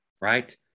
right